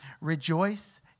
Rejoice